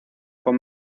con